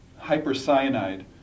hypercyanide